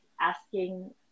asking